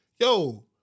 yo